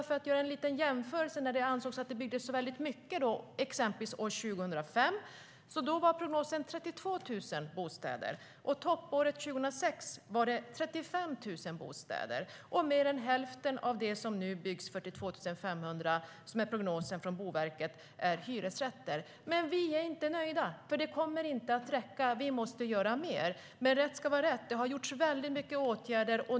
För att göra en liten jämförelse var prognosen för 2005, då man anser att det byggdes väldigt mycket, 32 000 bostäder. Toppåret 2006 var det 35 000 bostäder. Mer än hälften av det som nu byggs - 42 500, enligt Boverkets prognos - är hyresrätter. Men vi är inte nöjda. Det kommer inte att räcka. Vi måste göra mer. Men rätt ska vara rätt - det har gjorts väldigt mycket åtgärder.